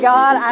God